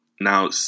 Now